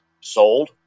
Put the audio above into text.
sold